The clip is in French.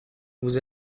vous